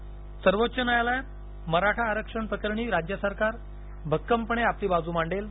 मराठा आरक्षण सर्वोच्च न्यायालयात मराठा आरक्षण प्रकरणी राज्य सरकार भक्कमपणे आपली बाजू मांडेल